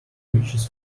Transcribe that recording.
bridges